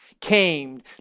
came